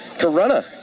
Corona